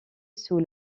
sous